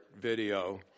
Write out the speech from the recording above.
video